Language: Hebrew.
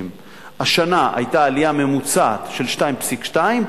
השנה היתה עלייה ממוצעת של 2.2%,